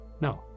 No